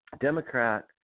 Democrat